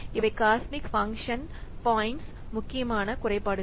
இவை cosmic function points முக்கியமான குறைபாடுகள்